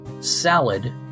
Salad